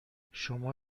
شما